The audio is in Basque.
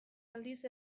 aldiz